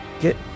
get